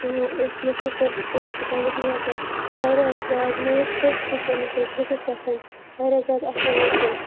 یُس مُفتی صٲب تور چھِ کَمرَس مَنٛز اَژان واریاہ زیادٕ نوٗر پھٔتۍ چھِ تٔمِس حظ بٔتھِس پٮ۪ٹھ واریاہ زیادٕ اصل حظ سُہ